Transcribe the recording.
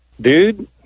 dude